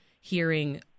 hearing